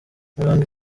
mirongo